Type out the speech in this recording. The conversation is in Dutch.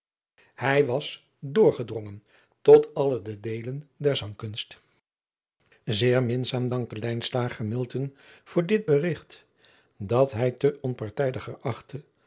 ij was doorgedrongen tot alle de deelen der angkunst eer minzaam dankte voor dit berigt dat hij te onpartijdiger achtte